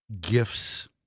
gifts